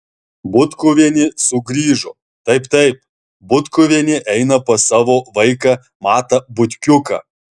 butkuvienė sugrįžo taip taip butkuvienė eina pas savo vaiką matą butkiuką